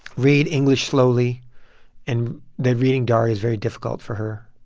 read english slowly and that reading dari is very difficult for her.